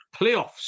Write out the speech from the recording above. playoffs